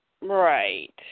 right